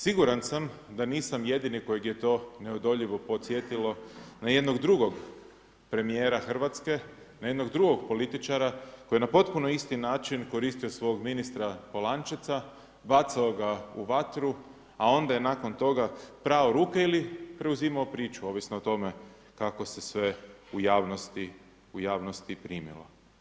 Siguran sam da nisam jedini kojeg je to neodoljivo podsjetilo na jednog drugog premijera Hrvatske, na jednog drugog političara koji je na potpuno isto način koristio svog ministra Polančeca, bacao ga u vatru a onda je nakon toga prao ruke ili preuzimao priču, ovisno o tome kako se sve u javnosti primilo.